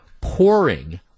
pouring